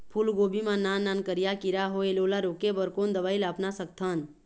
फूलगोभी मा नान नान करिया किरा होयेल ओला रोके बर कोन दवई ला अपना सकथन?